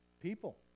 people